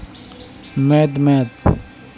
ᱢᱮᱫ ᱢᱮᱫ